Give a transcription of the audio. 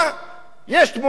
יש תמונה של הרצל.